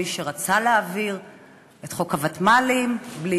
מי שרצה להעביר את חוק הוותמ"לים בלי